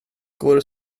går